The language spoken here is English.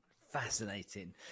Fascinating